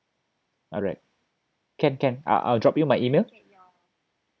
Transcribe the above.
alright can can uh I'll drop you my email